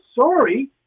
sorry